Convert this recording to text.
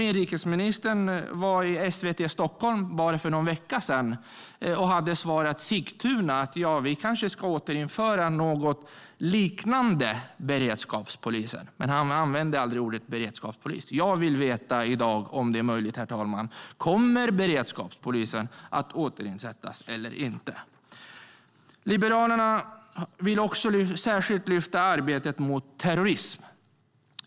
Inrikesministern var i SVT Stockholm för bara någon vecka sedan och svarade när det gäller Sigtuna att man kanske ska återinföra något liknande beredskapspoliser. Men han använde aldrig ordet beredskapspolis. Jag vill veta i dag om detta är möjligt, herr talman. Kommer beredskapspolisen att återinsättas eller inte? Liberalerna vill särskilt lyfta fram arbetet mot terrorism.